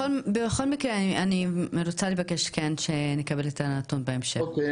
בכל מקרה אני רוצה לבקש שנקבל את הנתון בהמשך,